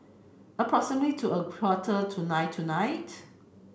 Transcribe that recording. to a quarter to nine tonight